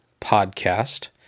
Podcast